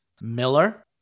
Miller